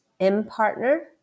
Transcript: MPartner